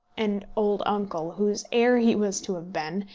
an old uncle, whose heir he was to have been,